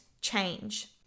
change